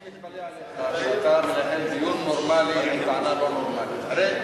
אני מתפלא עליך שאתה מנהל דיון נורמלי עם טענה לא נורמלית.